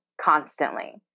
constantly